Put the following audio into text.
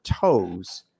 toes